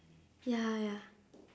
ya ya